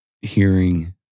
hearing